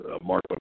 Mark